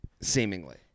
seemingly